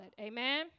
Amen